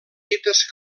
dites